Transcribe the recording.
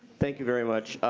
thank you very much.